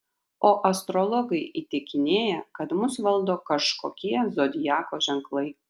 o astrologai įtikinėja kad mus valdo kažkokie zodiako ženklai